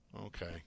Okay